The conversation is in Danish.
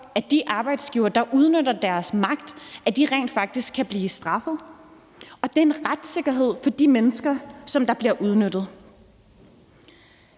at de arbejdsgivere, der udnytter deres magt, rent faktisk kan blive straffet, og det er en retssikkerhed for de mennesker, som bliver udnyttet.